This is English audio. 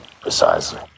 precisely